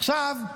עכשיו,